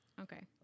Okay